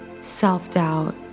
self-doubt